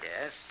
Yes